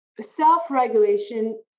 self-regulation